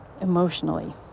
emotionally